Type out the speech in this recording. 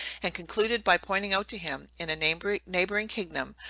and concluded by pointing out to him, in a neighboring neighboring kingdom,